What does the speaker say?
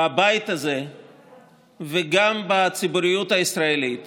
בבית הזה וגם בציבוריות הישראלית